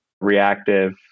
reactive